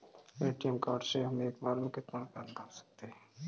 ATM card से हम एक बार में कितना रुपया निकाल सकते हैं?